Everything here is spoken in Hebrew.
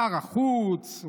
שר החוץ,